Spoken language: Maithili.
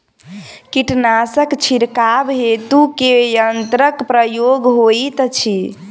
कीटनासक छिड़काव हेतु केँ यंत्रक प्रयोग होइत अछि?